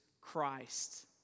Christ